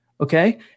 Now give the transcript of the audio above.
okay